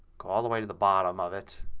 go all the way to the bottom of it